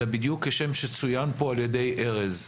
אלא בדיוק כשם שצוין פה על ידי ארז.